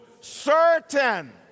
certain